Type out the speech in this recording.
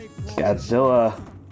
Godzilla